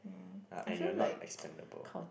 uh and you are not expendable